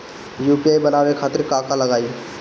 UPI बनावे खातिर का का लगाई?